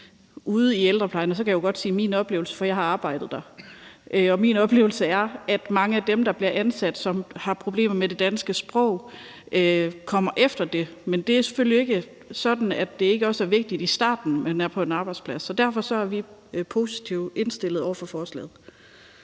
ude i ældreplejen, og jeg kan godt sige min oplevelse, for jeg har arbejdet der, er, at mange af dem, der bliver ansat, og som har problemer med det danske sprog, kommer efter det, men det er selvfølgelig ikke sådan, at det ikke også er vigtigt i starten, man er på en arbejdsplads. Derfor er vi positivt indstillet over for forslaget.